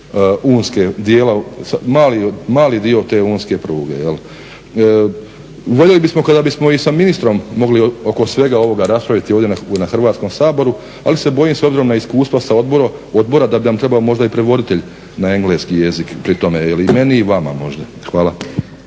unskog dijela, mali dio te unske pruge jel'. Voljeli bismo kada bismo i sa ministrom mogli oko svega ovoga raspraviti ovdje u Hrvatskom saboru ali se bojim s obzirom na iskustva sa odbora da bi nam trebao možda i prevoditelj na engleski jezik pri tome i meni i vama možda. Hvala.